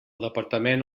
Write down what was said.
departament